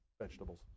vegetables